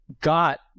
got